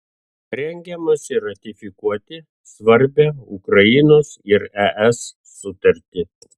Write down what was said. rengiamasi ratifikuoti svarbią ukrainos ir es sutartį